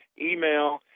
email